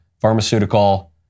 pharmaceutical